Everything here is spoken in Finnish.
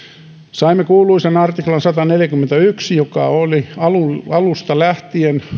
saimme kuuluisan artiklan sataneljäkymmentäyksi joka oli alusta lähtien